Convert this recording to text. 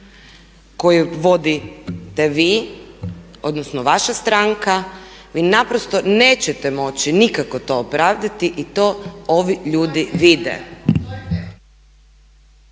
koji vodite vi, odnosno vaša stranka. Vi naprosto nećete moći nikako to opravdati i to ovi ljudi vide.